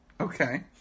Okay